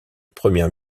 première